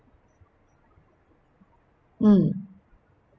mm